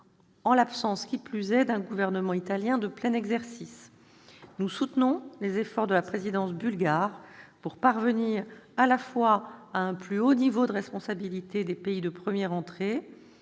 en l'absence, qui plus est, d'un gouvernement italien de plein exercice. Nous soutenons les efforts de la présidence bulgare pour parvenir à la fois à un plus haut niveau de responsabilité des pays de première entrée,